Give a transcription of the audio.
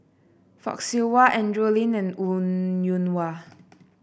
Fock Siew Wah Andrew Lee and Wong Yoon Wah